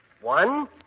One